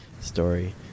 story